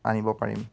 আনিব পাৰিম